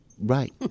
Right